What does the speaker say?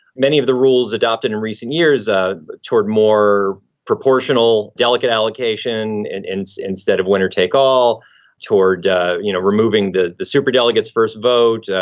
many of the rules adopted in recent years ah toward more proportional delegate allocation and so instead of winner take all toward you know removing the the super delegates first vote.